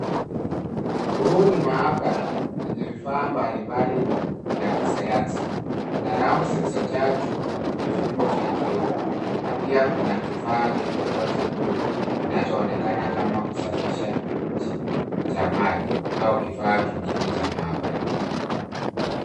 Huu ni maabara yenye vifaa mbalimbali vya kisayansi. Kuna rafu zilizojaa chupa na vyombo vya kioo na pia kuna kifaa kikubwa cha buluu kinachonekana kama kusafishaji cha maji au kifaa kingine cha maabara.